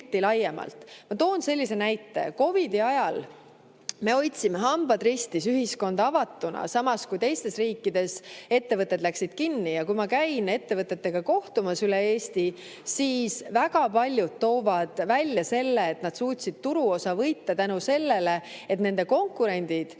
Ma toon sellise näite. COVID‑i ajal me hoidsime, hambad ristis, ühiskonda avatuna, samas kui teistes riikides ettevõtted läksid kinni. Kui ma käin ettevõtetega kohtumas üle Eesti, siis väga paljud toovad välja selle, et nad suutsid turuosa võita tänu sellele, et nende konkurendid